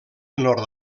nord